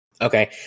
Okay